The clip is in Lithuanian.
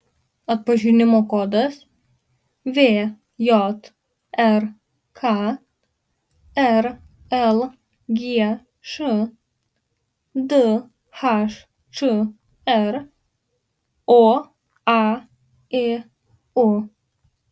atpažinimo kodas vjrk rlgš dhčr oaiu